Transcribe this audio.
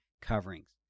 coverings